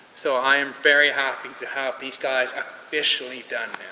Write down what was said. so i am very happy to have these guys officially done